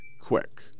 quick